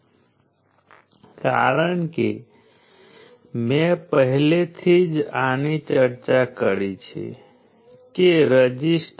હવે આપણે એક બાબત ધ્યાનમાં લઈ શકીએ છીએ તેમાં કરંટ અથવા વોલ્ટેજનો વર્ગ અથવા એવા કંઈક હેતુ માટે તે ઉપયોગી છે